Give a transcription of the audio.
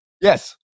yes